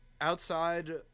outside